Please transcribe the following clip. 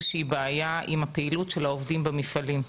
שהיא בעיה עם הפעילות של העובדים במפעלים.